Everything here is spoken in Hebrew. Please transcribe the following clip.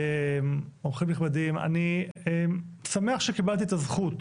אורחים נכבדים, אני שמח שקיבלתי את הזכות